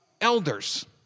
elders